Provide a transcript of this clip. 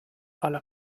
alla